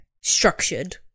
structured